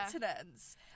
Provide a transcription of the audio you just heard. maintenance